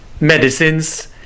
medicines